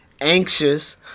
anxious